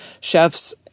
chefs